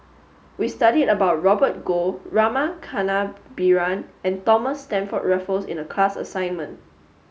we studied about Robert Goh Rama Kannabiran and Thomas Stamford Raffles in the class assignment